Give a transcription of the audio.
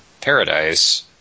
Paradise